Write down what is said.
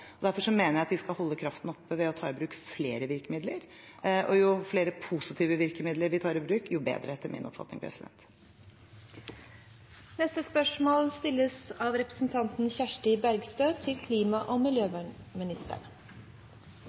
Derfor mener jeg at vi skal holde kraften oppe ved å ta i bruk flere virkemidler, og jo flere positive virkemidler vi tar i bruk, jo bedre, etter min oppfatning. «Oljeindustrien er den sektoren som slipper ut mest klimagasser her i landet, og